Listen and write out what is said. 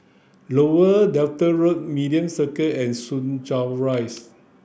Lower Delta Road Media Circle and Soo Chow Rise